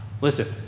Listen